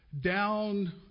down